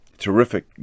Terrific